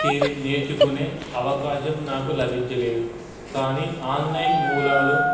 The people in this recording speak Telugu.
చేరి నేర్చుకునే అవకాశం నాకు లభించలేదు కానీ ఆన్లైన్ మూలాలు